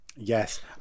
Yes